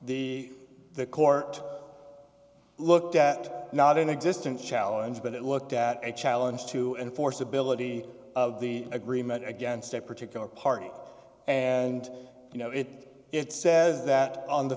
are the court looked at not inexistent challenge but it looked at a challenge to enforceability of the agreement against a particular party and you know it it says that on the